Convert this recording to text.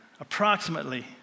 approximately